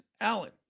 Allen